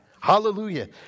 Hallelujah